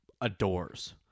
adores